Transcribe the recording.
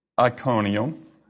Iconium